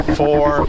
four